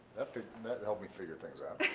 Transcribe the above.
that helped me figure things out.